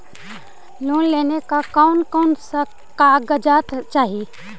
Loan लेने ला कोन कोन कागजात चाही?